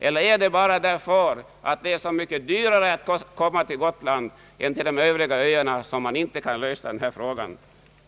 Eller är det bara för att det är så mycket dyrare att komma till Gotland än till övriga öar som man inte kan lösa denna fråga?